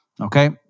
okay